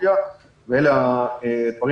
לבקשה שלנו,